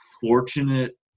fortunate